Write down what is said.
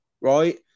right